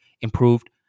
improved